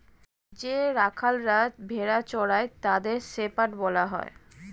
যে রাখালরা ভেড়া চড়ায় তাদের শেপার্ড বলা হয়